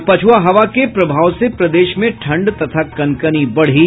और पछुआ हवा के प्रभाव से प्रदेश में ठंड तथा कनकनी बढ़ी